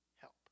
help